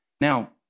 Now